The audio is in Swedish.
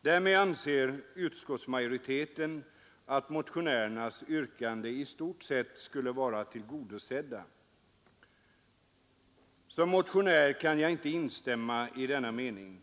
Därmed anser utskottsmajoriteten att motionärernas yrkande i stort sett skulle vara tillgodosett. Som motionär kan jag inte instämma i denna mening.